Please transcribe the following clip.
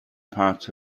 part